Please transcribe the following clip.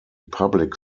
public